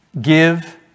Give